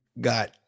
got